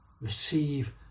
Receive